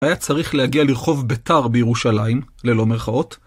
היה צריך להגיע לרחוב ביתר בירושלים, ללא מרכאות